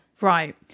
Right